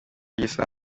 gisa